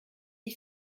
ich